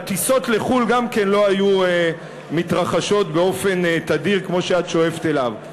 והטיסות לחו"ל גם כן לא היו מתרחשות באופן תדיר כמו שאת שואפת אליו.